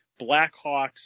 Blackhawks